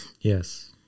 yes